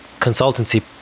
consultancy